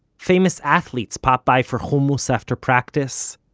famous athletes pop by for hummus after practice,